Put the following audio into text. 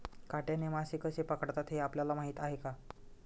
काट्याने मासे कसे पकडतात हे आपल्याला माहीत आहे का?